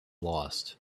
lost